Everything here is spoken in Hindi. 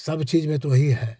सब चीज़ में तो वही है